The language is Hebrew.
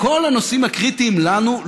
כל הנושאים הקריטיים לנו,